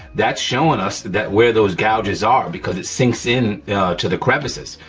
that showing us that where those gouges are because it sinks in to the crevices.